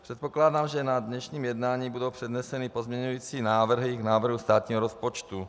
Předpokládám, že na dnešním jednání budou předneseny pozměňující návrhy k návrhu státního rozpočtu.